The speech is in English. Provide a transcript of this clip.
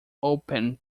opened